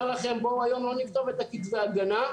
לכם בואו היום לא נכתוב את כתבי ההגנה,